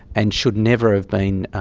and should never have been,